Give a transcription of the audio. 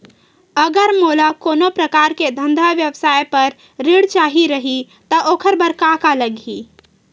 अगर मोला कोनो प्रकार के धंधा व्यवसाय पर ऋण चाही रहि त ओखर बर का का लगही?